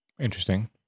Interesting